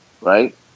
Right